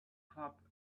club